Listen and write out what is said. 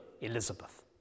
Elizabeth